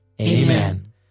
Amen